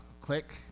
Click